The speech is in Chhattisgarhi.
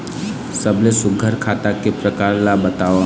सबले सुघ्घर खाता के प्रकार ला बताव?